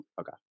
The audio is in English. okay